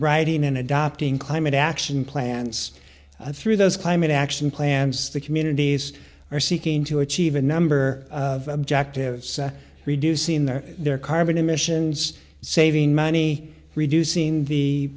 writing in adopting climate action plans through those climate action plans the communities are seeking to achieve a number of objectives reducing their their carbon emissions saving money reducing the